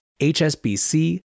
HSBC